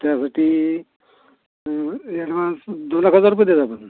त्यासाठी एडवान्स दोन एक हजार रुपये द्यायला पाहिजे एक्चुअली